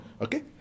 Okay